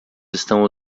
estão